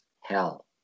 hell